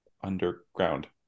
underground